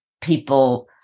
people